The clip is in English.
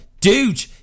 Dude